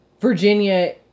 Virginia